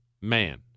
man